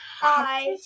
Hi